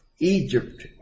Egypt